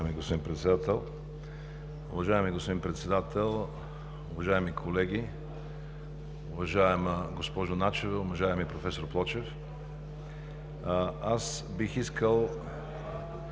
Уважаеми господин Председател, уважаеми колеги, госпожо Начева, уважаеми професор Плочев! Бих искал,